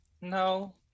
no